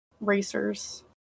racers